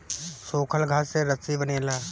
सूखल घास से रस्सी बनेला